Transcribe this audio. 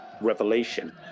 revelation